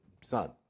son